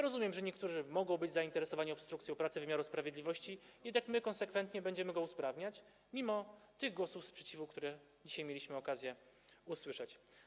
Rozumiem, że niektórzy mogą być zainteresowani obstrukcją pracy wymiaru sprawiedliwości, jednak my konsekwentnie będziemy go usprawniać mimo tych głosów sprzeciwu, które dzisiaj mieliśmy okazję usłyszeć.